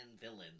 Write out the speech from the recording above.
villains